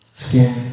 skin